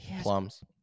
plums